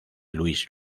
luis